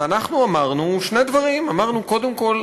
ואנחנו אמרנו שני דברים: קודם כול,